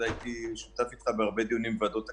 הייתי שותף אתך בהרבה דיונים בוועדת הכספים,